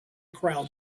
crowd